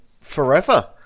forever